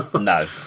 No